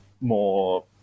more